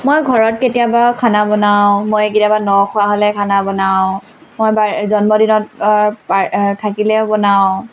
মই ঘৰত কেতিয়াবা খানা বনাওঁ মই কেতিয়াবা ন খোৱা হ'লে খানা বনাওঁ মই বাৰ্ জন্মদিনত থাকিলেও বনাওঁ